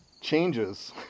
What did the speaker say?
changes